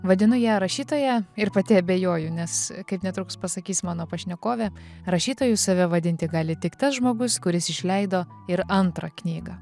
vadinu ją rašytoja ir pati abejoju nes kaip netruks pasakys mano pašnekovė rašytoju save vadinti gali tik tas žmogus kuris išleido ir antrą knygą